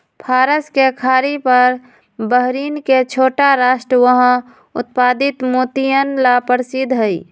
फारस के खाड़ी पर बहरीन के छोटा राष्ट्र वहां उत्पादित मोतियन ला प्रसिद्ध हई